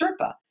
Sherpa